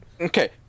Okay